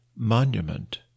Monument